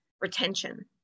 retention